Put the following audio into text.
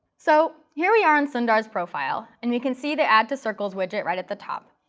so here we are on sundar's profile. and you can see the add to circles widget right at the top.